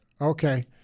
Okay